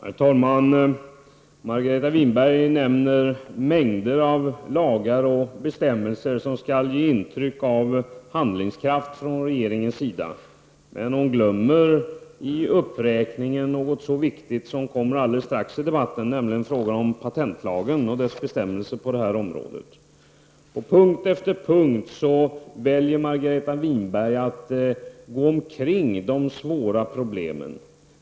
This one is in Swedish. Herr talman! Margareta Winberg nämner mängder av lagar och bestämmelser som skall ge intryck av handlingskraft från regeringens sida. Men hon glömmer i uppräkningen något så viktigt som kommer alldeles strax i debatten, nämligen frågan om patentlagen och dess bestämmelser på det här området. På punkt efter punkt väljer Margareta Winberg att gå runt de svåra problemen.